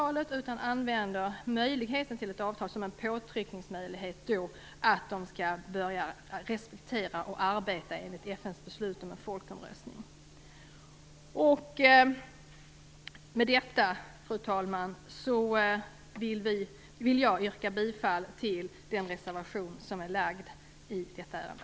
I stället bör vi använda möjligheten till ett avtal som ett påtryckningsmedel för att de skall börja respektera och arbeta enligt FN:s beslut om en folkomröstning. Med detta, fru talman, vill jag yrka bifall till den reservation som har avgetts i detta ärende.